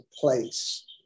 place